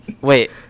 Wait